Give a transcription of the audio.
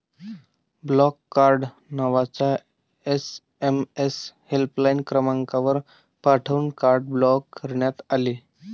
block card नावाचा SMS helpline क्रमांकावर पाठवून कार्ड ब्लॉक करण्यात आले